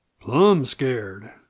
Plum-scared